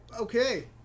okay